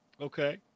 Okay